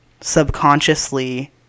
subconsciously